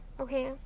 okay